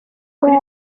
kuri